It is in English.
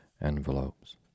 envelopes